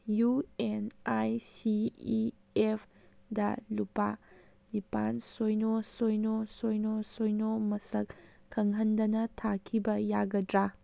U N I C E F ꯗ ꯂꯨꯄꯥ ꯅꯤꯄꯥꯜ ꯁꯤꯅꯣ ꯗꯤꯅꯣ ꯁꯤꯅꯣ ꯁꯤꯅꯣ ꯃꯁꯛ ꯈꯪꯍꯟꯗꯅ ꯊꯥꯈꯤꯕ ꯌꯥꯒꯗ꯭ꯔꯥ